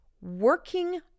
working